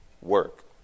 work